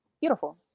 Beautiful